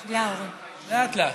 לאט-לאט.